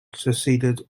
succeeded